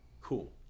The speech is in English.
Cool